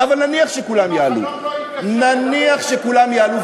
אבל נניח שכולם יעלו,